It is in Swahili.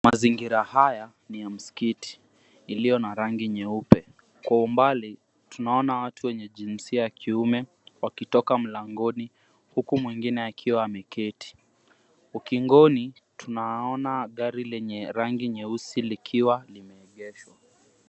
Mazingira haya ni ya msikiti iliyo na rangi nyeupe. Kwa umbali tunaona watu wenye jinsia ya kiume wakitoka mlangoni huku mwengine akiwa ameketi. Ukingoni, tunaona gari lenye rangi nyeusi likiwa limeegeshwa.